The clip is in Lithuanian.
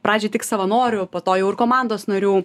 pradžiai tik savanorių po to jau ir komandos narių